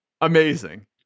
Amazing